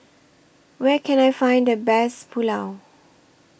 Where Can I Find The Best Pulao